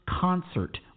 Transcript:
concert